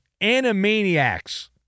animaniacs